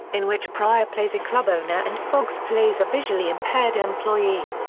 in which pryor plays a club owner and foxx plays a visually impaired employee.